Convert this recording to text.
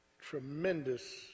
tremendous